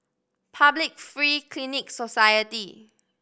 Public Free Clinic Society